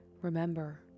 Remember